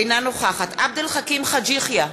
אינה נוכחת עבד אל חכים חאג' יחיא,